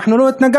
אנחנו לא התנגדנו,